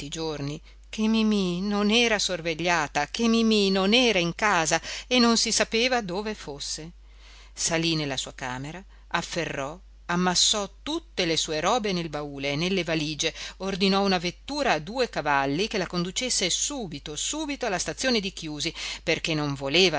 che mimì non era sorvegliata che mimì non er in casa e non si sapeva dove fosse salì nella sua camera afferrò ammassò tutte le sue robe nel baule nelle valige ordinò una vettura a due cavalli che la conducesse subito subito alla stazione di chiusi perché non voleva